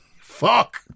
Fuck